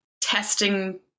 testing